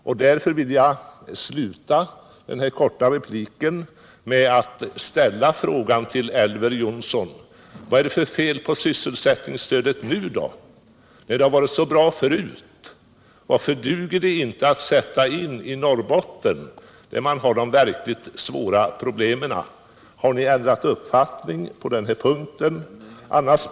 Mot den bakgrunden vill jag fråga Elver Jonsson: Vad är det för fel på sysselsättningsstödet nu, när det varit så bra tidigare? Varför duger det inte att sätta in i Norrbotten, där man har de verkligt svåra problemen? Har ni ändrat uppfattning på den här punkten?